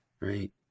right